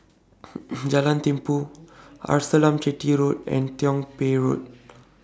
Jalan Tumpu Arnasalam Chetty Road and Tiong Poh Road